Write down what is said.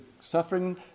suffering